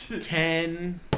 Ten